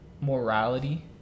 morality